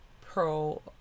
pro